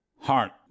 Heart